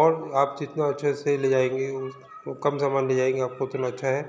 और आप जितना अच्छे से ले जाएँगे वो कम सामान ले जाएँगे आपका उतना अच्छा है